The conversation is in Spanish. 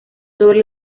sobre